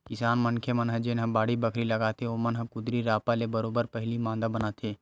किसान मनखे मन जेनहा बाड़ी बखरी लगाथे ओमन ह कुदारी रापा ले बरोबर पहिली मांदा बनाथे